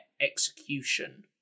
execution